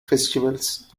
festivals